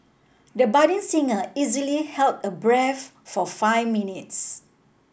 the budding singer easily held a breath for five minutes